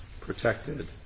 protected